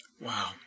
Wow